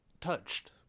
touched